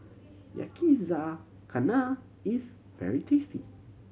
yakizakana is very tasty